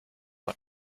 out